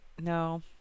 No